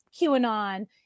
QAnon